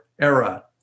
era